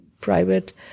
private